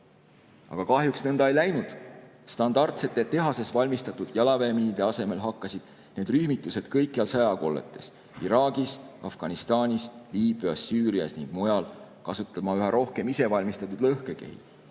Aga kahjuks nõnda ei läinud. Standardsete tehases valmistatud jalaväemiinide asemel hakkasid need rühmitused kõikjal sõjakolletes – Iraagis, Afganistanis, Liibüas, Süürias ning mujal – kasutama üha rohkem isevalmistatud lõhkekehi.